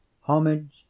Homage